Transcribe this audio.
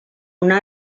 una